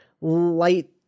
light